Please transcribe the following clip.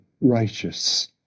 righteous